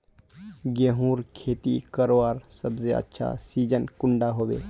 गेहूँर खेती करवार सबसे अच्छा सिजिन कुंडा होबे?